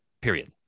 period